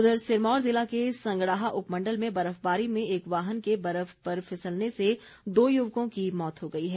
उधर सिरमौर ज़िला के संगड़ाह उपमंडल में बर्फबारी में एक वाहन के बर्फ पर फिसलने से दो युवकों की मौत हो गई है